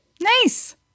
Nice